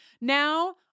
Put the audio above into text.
now